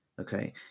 okay